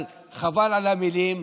אבל חבל על המילים,